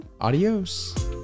Adios